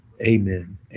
Amen